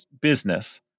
business